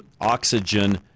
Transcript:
oxygen